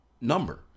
number